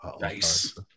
Nice